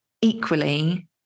equally